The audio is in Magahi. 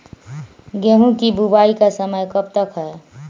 गेंहू की बुवाई का समय कब तक है?